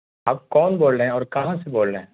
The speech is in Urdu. آپ کون بول رہے ہیں اور کہاں سے بول رہے ہیں